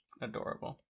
Adorable